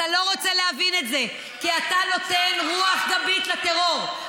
אתה לא רוצה להבין את זה כי אתה נותן רוח גבית לטרור.